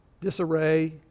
disarray